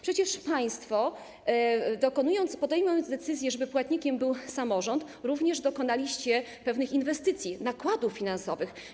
Przecież państwo, podejmując decyzję, żeby płatnikiem był samorząd, również dokonaliście pewnych inwestycji, nakładów finansowych.